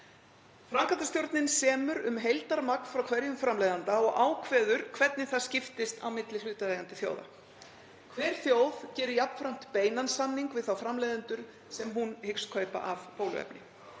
Framkvæmdastjórnin semur um heildarmagn frá hverjum framleiðanda og ákveður hvernig það skiptist á milli hlutaðeigandi þjóða. Hver þjóð gerir jafnframt beinan samning við þá framleiðendur sem hún hyggst kaupa af bóluefni.